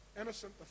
innocent